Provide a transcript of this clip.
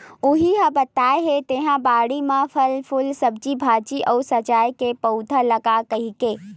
उहीं ह मोला बताय हे तेंहा बाड़ी म फर, फूल, सब्जी भाजी अउ सजाय के पउधा लगा कहिके